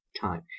time